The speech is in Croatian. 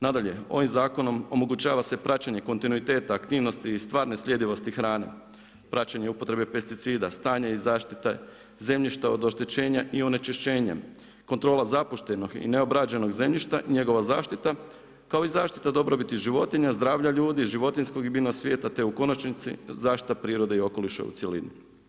Nadalje, ovim zakonom, omogućava se praćenje kontinuiteta, aktivnosti i stvarne sljedivosti hrane, praćenje upotrebe pesticida, stanje i zaštita zemljišta od oštećenja i onečišćenjem, kontrola zapuštenog i neobrađenog zemljišta i njegova zaštita, kao i zaštita dobrobiti životinja, zdravlja ljudi, životinjskog i biljnog svijeta, te u konačnici zaštita prirode i okoliša u cjelini.